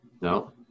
No